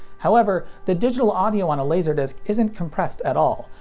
however, the digital audio on a laserdisc isn't compressed at all,